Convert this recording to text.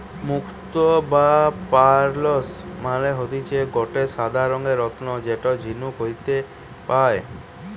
মুক্তো বা পার্লস মানে হতিছে গটে সাদা রঙের রত্ন যেটা ঝিনুক হইতে পায়